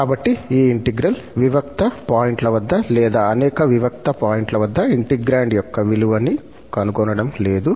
కాబట్టి ఈ ఇంటిగ్రల్ వివిక్త పాయింట్ల వద్ద లేదా అనేక వివిక్త పాయింట్ల వద్ద ఇంటిగ్రాండ్ యొక్క విలువ ని కనుగొనడం లేదు